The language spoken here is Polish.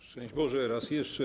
Szczęść Boże raz jeszcze.